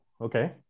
okay